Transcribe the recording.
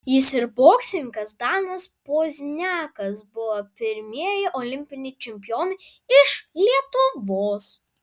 jis ir boksininkas danas pozniakas buvo pirmieji olimpiniai čempionai iš lietuvos